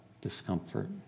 discomfort